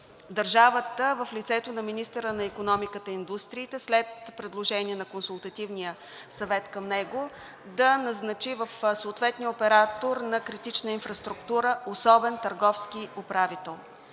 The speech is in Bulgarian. държавата в лицето на министъра на икономиката и индустрията – след предложение на Консултативния съвет към него, да назначи в съответния оператор на критична инфраструктура особен търговски управител.